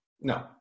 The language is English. No